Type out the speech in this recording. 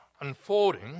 unfolding